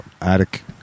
Attic